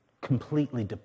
Completely